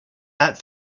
that